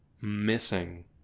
missing